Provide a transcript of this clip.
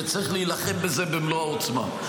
וצריך להילחם בזה במלוא העוצמה.